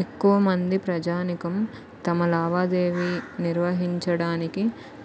ఎక్కువమంది ప్రజానీకం తమ లావాదేవీ నిర్వహించడానికి